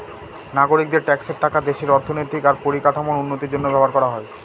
নাগরিকদের ট্যাক্সের টাকা দেশের অর্থনৈতিক আর পরিকাঠামোর উন্নতির জন্য ব্যবহার করা হয়